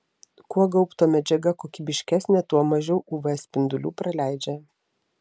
kuo gaubto medžiaga kokybiškesnė tuo mažiau uv spindulių praleidžia